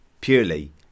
purely